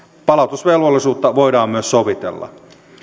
palautusvelvollisuutta voidaan myös sovitella